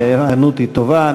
וההיענות היא טובה.